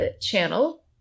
channel